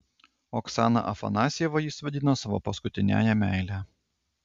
oksaną afanasjevą jis vadino savo paskutiniąja meile